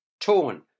Torn